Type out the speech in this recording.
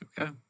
Okay